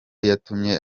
yatumye